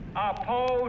oppose